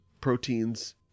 proteins